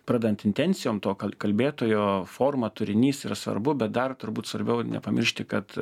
pradedant intencijom tuo ka kalbėtojo forma turinys yra svarbu bet dar turbūt svarbiau nepamiršti kad